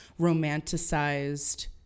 romanticized